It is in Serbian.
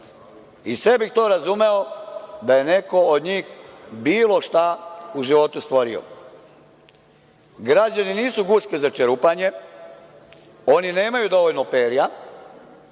Sve bih to razumeo da je neko od njih bilo šta u životu stvorio. Građani nisu guske za čerupanje, oni nemaju dovoljno perja,